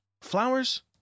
flowers